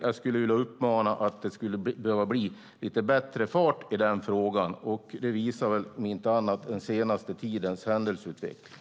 Jag skulle dock vilja uppmana till lite bättre fart i den frågan. Det visar väl om inte annat den senaste tidens händelseutveckling.